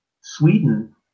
Sweden